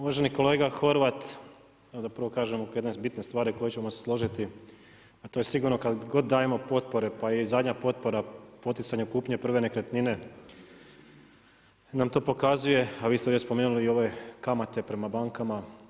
Uvaženi kolega Horvat, da prvo kažem oko jedne bitne stvari oko koje ćemo se složiti, a to je sigurno kad god dajemo potpore pa i zadnja potpora poticanja kupnje prve nekretnine nam to pokazuje, a vi ste već spomenuli i ove kamate prema bankama.